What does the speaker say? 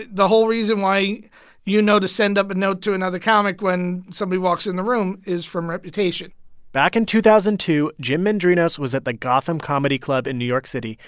the whole reason why you know to send up a note to another comic when somebody walks in the room is from reputation back in two thousand and two, jim mendrinos was at the gotham comedy club in new york city.